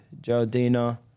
Jardina